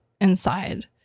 inside